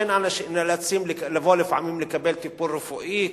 כן נאלצים לבוא לפעמים לקבל טיפול רפואי,